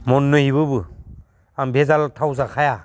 मननैबाबो आं भेजाल थाव जाखाया